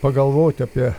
pagalvot apie